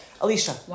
Alicia